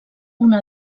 una